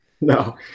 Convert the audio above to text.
No